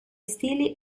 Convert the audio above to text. stili